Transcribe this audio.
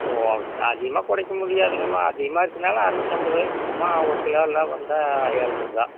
ஒரு அதிகமாக குறைக்க முடியாதுங்கம்மா அதிகமாக எடுத்ததுனால அற நூற்றம்பது சும்மா ஒரு கிலோலாம் வந்தால் ஏழ்நூறு தான்